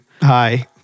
Hi